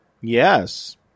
Yes